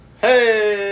hey